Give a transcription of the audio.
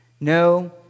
No